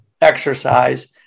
exercise